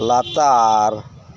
ᱞᱟᱛᱟᱨ